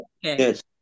Yes